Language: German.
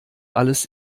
alles